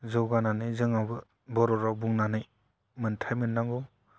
जौगानानै जोङावबो बर' राव बुंनानै मोनथाय मोननांगौ